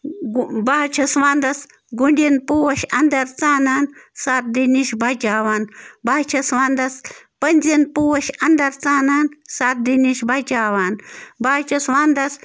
بہٕ حظ چھَس ونٛدَس گُنٛڈیٖن پوش انٛدر ژانان سردی نِش بچاوان بہٕ حظ چھَس ونٛدَس پٔنٛزیٖن پوش انٛدر ژانان سردی نِش بچاوان بہٕ حظ چھَس ونٛدَس